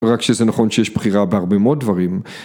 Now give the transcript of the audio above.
רק שזה נכון שיש בחירה בהרבה מאוד דברים